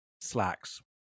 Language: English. slacks